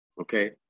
okay